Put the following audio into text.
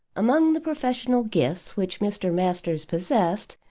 among the professional gifts which mr. masters possessed,